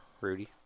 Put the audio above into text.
Rudy